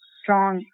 strong